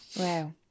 Wow